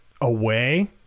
away